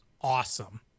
Awesome